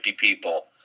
people